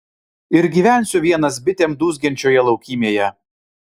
ir gyvensiu vienas bitėm dūzgiančioje laukymėje